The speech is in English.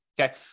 Okay